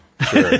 sure